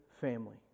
family